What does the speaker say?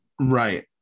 Right